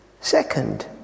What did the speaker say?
Second